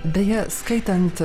beje skaitant